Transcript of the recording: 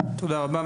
תודה רבה.